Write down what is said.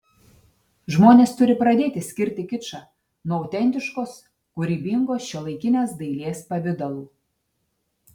žmonės turi pradėti skirti kičą nuo autentiškos kūrybingos šiuolaikinės dailės pavidalų